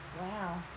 wow